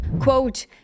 Quote